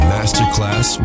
Masterclass